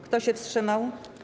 Kto się wstrzymał?